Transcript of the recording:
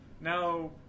Now